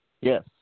Yes